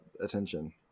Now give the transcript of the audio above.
attention